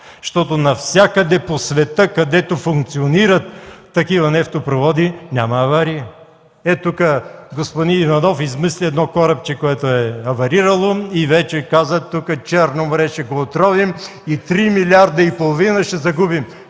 защото навсякъде по света, където функционират такива нефтопроводи, няма аварии. Тук господин Иванов измисли едно корабче, което е аварирало, и вече каза: „Тук Черно море ще го отровим и три милиарда и половина ще загубим!”